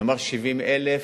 נאמר 70,000,